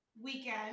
weekend